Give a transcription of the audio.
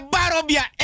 Barobia